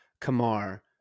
Kamar